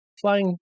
flying